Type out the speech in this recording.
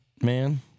man